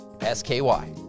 S-K-Y